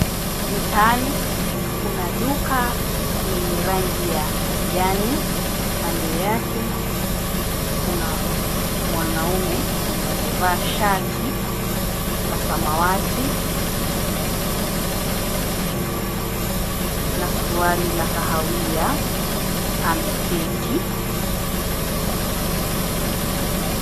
Mitaani kuna duka lenye rangi ya kijani, kando yake kuna mwanaume mwenye amevaa shati la samawati na suruali la kahawia ameketi.